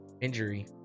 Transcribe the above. injury